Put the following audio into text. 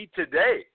today